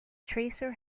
tracer